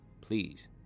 Please